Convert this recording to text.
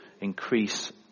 increase